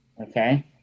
Okay